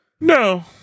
No